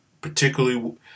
particularly